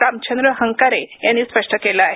रामचंद्र हंकारे यांनी स्पष्ट केलं आहे